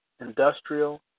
industrial